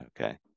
Okay